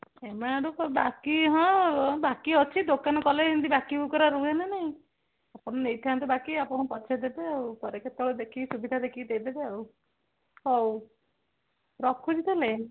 M ଆଡ଼ୁ ବାକି ହଁ ବାକି ଅଛି ଦୋକାନ କଲେ ଏମିତି ବାକିବୁକୁରା ରୁହେ ନା ନାଇଁ ଆପଣ ନେଇଥାନ୍ତୁ ବାକି ଆପଣ ପଛରେ ଦେବେ ଆଉ ପରେ କେତେବେଳେ ଦେଖିକି ସୁବିଧା ଦେଖିକି ଦେଇଦେବେ ଆଉ ହଉ ରଖୁଛି ତାହେଲେ